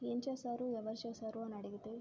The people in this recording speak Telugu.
ఏం చేశారు ఎవరు చేశారు అని అడిగితే